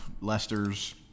Lester's